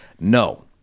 no